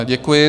Děkuji.